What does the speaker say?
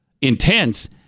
intense